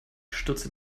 stürzte